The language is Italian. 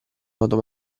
modo